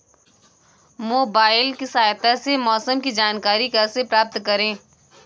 Mobile की सहायता से मौसम की जानकारी कैसे प्राप्त करें?